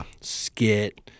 skit